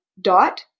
dot